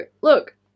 look